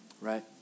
right